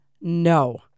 no